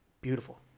Beautiful